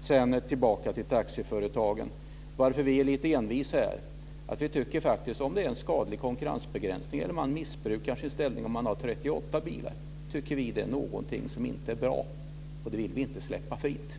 Sedan vill jag återgå till taxiföretagen. Vi är lite envisa här därför att om det är en skadlig konkurrensbegränsning eller om någon missbrukar sin ställning om man har 38 bilar, så tycker vi att det är någonting som inte är bra, och det vill vi inte släppa fritt.